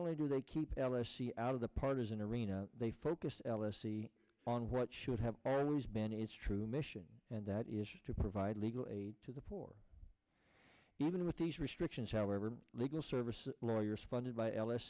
only do they keep pelosi out of the partisan arena they focus l s c on what should have always been its true mission and that is to provide legal aid to the poor even with these restrictions however legal services lawyers funded by l s